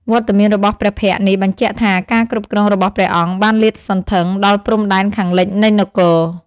វត្តមានរបស់ព្រះភ័ក្ត្រនេះបញ្ជាក់ថាការគ្រប់គ្រងរបស់ព្រះអង្គបានលាតសន្ធឹងដល់ព្រំដែនខាងលិចនៃនគរ។